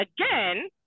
again